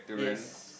yes